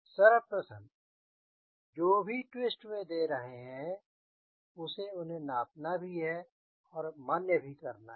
सर्वप्रथम जो भी ट्विस्ट वे दे रहे हैं उसे उन्हें नापना भी है और मान्य भी करना है